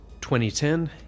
2010